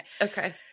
Okay